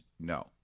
No